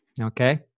okay